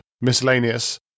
Miscellaneous